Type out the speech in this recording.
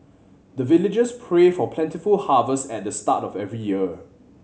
the villagers pray for plentiful harvest at the start of every year